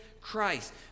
Christ